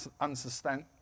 unsustainable